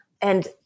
And-